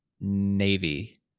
navy